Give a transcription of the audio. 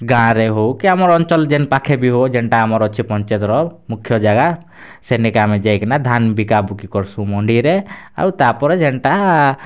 ଗାଁରେ ହେଉ କି ଆମର୍ ଅଞ୍ଚଲ ଯେନ୍ ପାଖେ ବି ହଉ ଯେନଟା ଆମର୍ ଅଛେ ପଞ୍ଚାୟତର ମୁଖ୍ୟ ଜାଗା ସେନିକେ ଆମେ ଯାଇକିନା ଧାନ୍ ବିକା ବୁକି କରସୁଁ ମଣ୍ଡିରେ ଆଉ ତାପରେ ଯେନଟା